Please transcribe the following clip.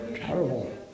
Terrible